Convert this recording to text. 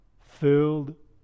filled